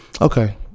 okay